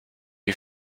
you